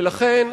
ולכן,